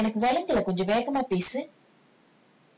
ya கொஞ்சம் வேகமா பேசு:konjam vegamaa pesu